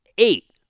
Eight